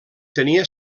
tenia